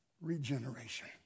Regeneration